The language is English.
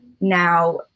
Now